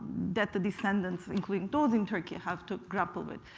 that the descendants, including those in turkey, have to grapple with.